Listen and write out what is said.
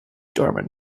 dorman